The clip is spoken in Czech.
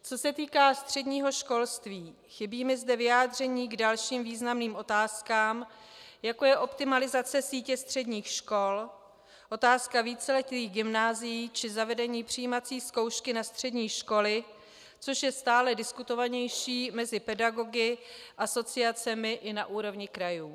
Co se týká středního školství, chybí mi zde vyjádření k dalším významným otázkám, jako je optimalizace sítě středních škol, otázka víceletých gymnázií či zavedení přijímací zkoušky na střední školy, což je stále diskutovanější mezi pedagogy, asociacemi i na úrovni krajů.